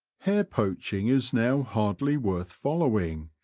hare poaching is now hardly worth following,